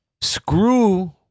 screw